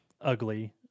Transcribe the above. ugly